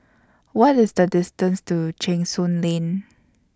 What IS The distance to Cheng Soon Lane